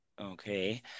okay